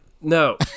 No